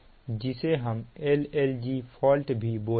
जिसे हम L L G fault भी बोलते हैं